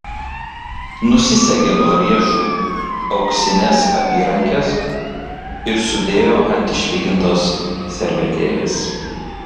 nusisegė nuo riešų auksines apyrankes ir sudėjo ant išlygintos servetėlės